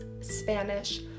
Spanish